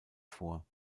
vor